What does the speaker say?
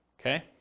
Okay